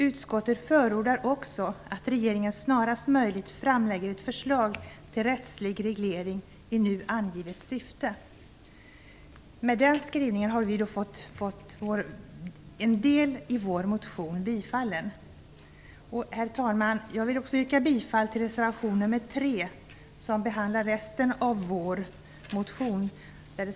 Utskottet förordar att regeringen snarast möjligt framlägger ett förslag till rättslig reglering i nu angivet syfte." Med den skrivningen har vi fått en del av vår motion tillgodosedd. Herr talman! Jag vill yrka bifall till reservation 3 om diskriminerande reklam, som behandlar resten av vår motion.